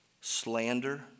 slander